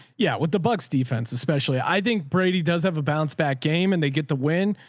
yeah. with the bucks defense, especially i think brady does have a bounce back game and they get the win,